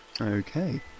Okay